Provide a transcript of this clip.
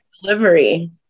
delivery